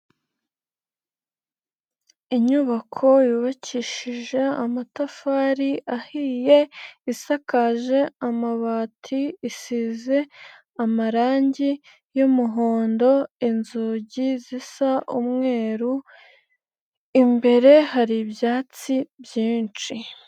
Inyubako yubakishije amatafari ahiye, isakaje amabati, isize amarangi y'umuhondo, inzugi zisa umweru, imbere hari ibyatsi byinshi.